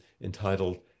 entitled